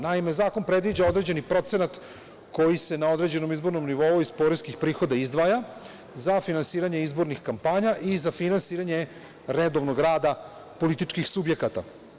Naime, zakon predviđa određeni procenat koji se na određenom izbornom nivou iz poreskih prihoda izdvaja za finansiranje izbornih kampanja i za finansiranje redovnog rada političkih subjekata.